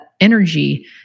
energy